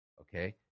Okay